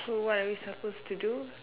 so what are we supposed to do